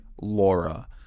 Laura